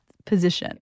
position